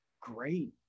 great